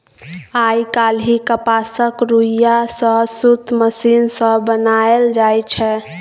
आइ काल्हि कपासक रुइया सँ सुत मशीन सँ बनाएल जाइ छै